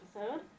episode